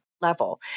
level